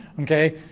Okay